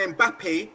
Mbappe